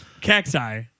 Cacti